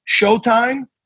showtime